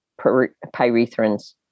pyrethrins